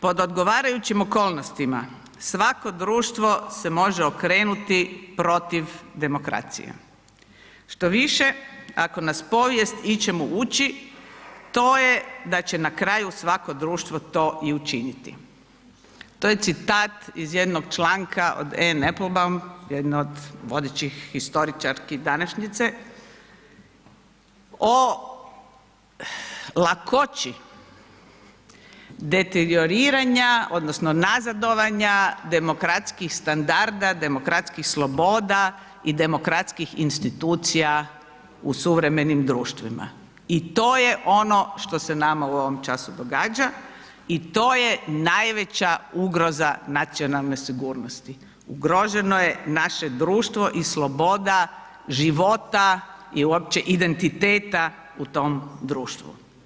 Pod odgovarajućim okolnostima svako društvo se može okrenuti protiv demokracije, štoviše ako nas povijest ičemu uči, to je da će na kraju svako društvo to i učiniti, to je citat iz jednog članka od … [[Govornik se ne razumije]] jedne od vodećih historičarki današnjice, o lakoći deterioriranja odnosno nazadovanja demokratskih standarda, demokratskih sloboda i demokratskih institucija u suvremenim društvima i to je ono što se nama u ovom času događa i to je najveća ugroza nacionalne sigurnosti, ugroženo je naše društvo i sloboda života i uopće identiteta u tom društvu.